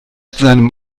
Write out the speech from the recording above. seinem